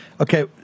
Okay